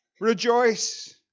rejoice